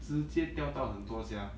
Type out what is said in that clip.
直接掉到很多 sia